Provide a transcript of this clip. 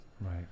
Right